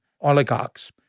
oligarchs